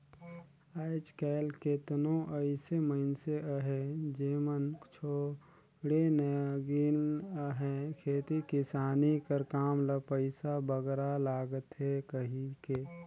आएज काएल केतनो अइसे मइनसे अहें जेमन छोंड़े लगिन अहें खेती किसानी कर काम ल पइसा बगरा लागथे कहिके